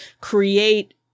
create